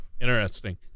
Interesting